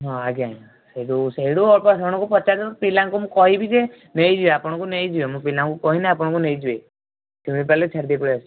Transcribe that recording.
ହଁ ଆଜ୍ଞା ଆଜ୍ଞା ସେଇଟୁ ସେଇଠୁ ଅଳ୍ପ ବାଟ ସେମାନଙ୍କୁ ପଚାରି ଦିଅନ୍ତୁ ପିଲାଙ୍କୁ ମୁଁ କହିବି ଯେ ନେଇଯିବେ ଆପଣଙ୍କୁ ନେଇଯିବେ ମୁଁ ପିଲାଙ୍କୁ କହିଲେ ଆପଣଙ୍କୁ ନେଇଯିବେ ଚିହ୍ନି ପାଇଲେ ଛାଡ଼ିଦେଇ ପଳାଇ ଆସିବେ